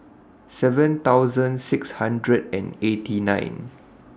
seven thousand six hundred and eighty nine